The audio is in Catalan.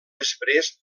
després